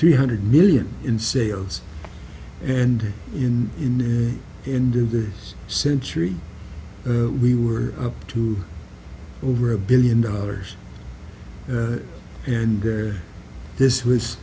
three hundred million in sales and in in the end of the century we were up to over a billion dollars and this was